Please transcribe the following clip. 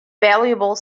valuable